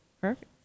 Perfect